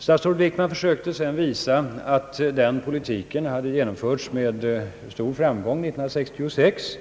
Sedan försökte statsrådet Wickman visa att den politiken hade genomförts med stor framgång 1966,